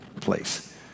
place